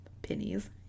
Pennies